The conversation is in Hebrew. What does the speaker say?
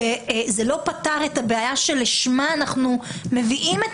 שזה לא פתר את הבעיה לשמה אנחנו מביאים את